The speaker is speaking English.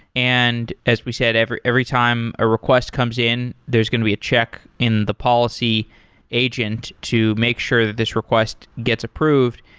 and as we said, every every time a request comes in, there's going to be a check in the policy agent to make sure that this request gets approved,